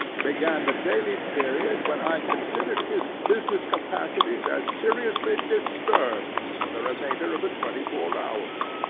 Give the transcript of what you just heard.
began the daily period when i considered his business capacities as seriously disturbed for the remainder of the twenty-four hours.